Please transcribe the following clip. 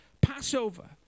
Passover